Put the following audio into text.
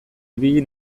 ibili